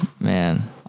Man